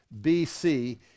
bc